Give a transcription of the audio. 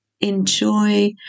enjoy